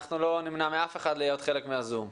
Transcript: אנחנו לא נמנע מאף אחד להיות חלק מה-זום.